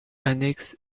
annexe